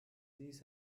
dies